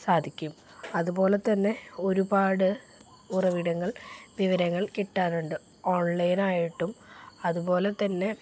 സാധിക്കും അതുപോലെ തന്നെ ഒരുപാട് ഉറവിടങ്ങളില് വിവരങ്ങൾ കിട്ടാനുണ്ട് ഓൺലൈനായിട്ടും അതുപോലെ തന്നെ